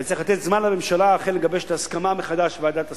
וצריך לתת זמן לממשלה אכן לגבש את ההסכמה מחדש בוועדת השרים.